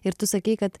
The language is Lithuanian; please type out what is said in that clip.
ir tu sakei kad